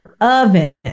oven